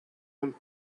him